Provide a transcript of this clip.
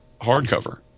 hardcover